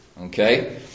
Okay